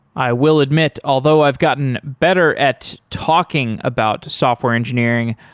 i will admit, although i've gotten better at talking about software engineering,